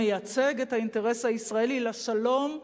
המייצג את האינטרס הישראלי, לשלום,